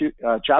job